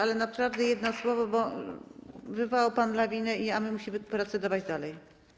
Ale naprawdę jedno słowo, bo wywołał pan lawinę, a my musimy procedować dalej.